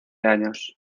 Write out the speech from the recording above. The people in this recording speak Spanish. años